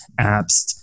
apps